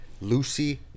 Lucy